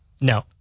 No